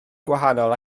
gwahanol